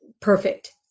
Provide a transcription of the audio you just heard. perfect